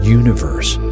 universe